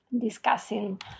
discussing